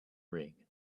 ring